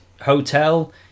hotel